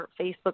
Facebook